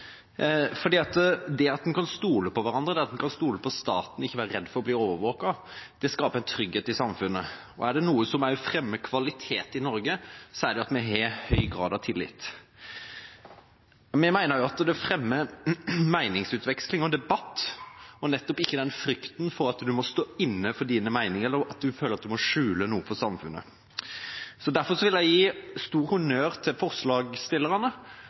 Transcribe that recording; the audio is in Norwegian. Det at en kan stole på hverandre, at en kan stole på staten og ikke være redd for å bli overvåket, skaper trygghet i samfunnet. Er det noe som fremmer kvalitet i Norge, er det at vi har en høy grad av tillit. Vi mener også at det fremmer meningsutveksling og debatt og ikke fører til frykt for at en må stå inne for sine meninger, eller at en føler at en må skjule noe for samfunnet. Derfor vil jeg gi honnør til forslagsstillerne,